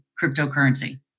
cryptocurrency